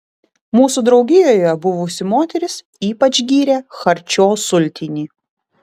mūsų draugijoje buvusi moteris ypač gyrė charčio sultinį